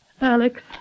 Alex